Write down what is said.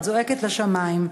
את זועקת לשמים.